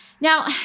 Now